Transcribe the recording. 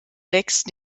wächst